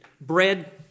bread